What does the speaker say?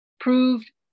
proved